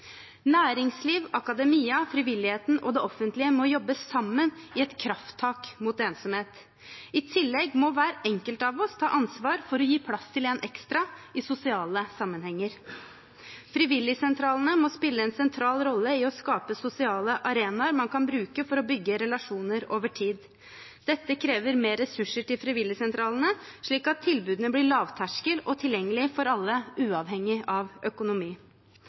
Næringsliv, akademia, frivilligheten og det offentlige må jobbe sammen i et krafttak mot ensomhet. I tillegg må hver enkelt av oss ta ansvar for å gi plass til en ekstra i sosiale sammenhenger. Frivilligsentralene må spille en sentral rolle i å skape sosiale arenaer man kan bruke for å bygge relasjoner over tid. Dette krever mer ressurser til frivilligsentralene, slik at tilbudene blir lavterskel og tilgjengelig for alle uavhengig av økonomi.